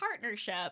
partnership